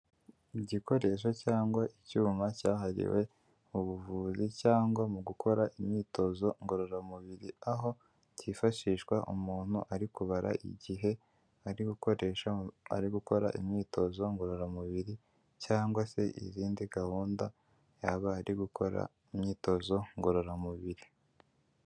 Igikoresho cyangwa icyuma cyahariwe mu buvuzi cyangwa mu gukora imyitozo ngororamubiri aho cyifashishwa umuntu ari kubara igihe ari gukoresha ari gukora imyitozo ngororamubiri cyangwa se izindi gahunda yaba ari gukora imyitozo ngororamubiri.